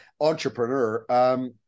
entrepreneur